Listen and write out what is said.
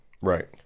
right